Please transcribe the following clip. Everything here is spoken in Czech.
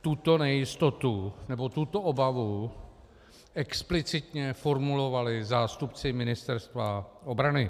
Tuto nejistotu, nebo tuto obavu explicitně formulovali zástupci Ministerstva obrany.